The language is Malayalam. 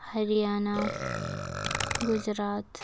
ഹരിയാന ഗുജറാത്ത്